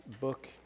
book